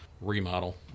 remodel